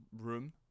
room